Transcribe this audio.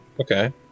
okay